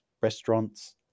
restaurants